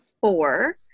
four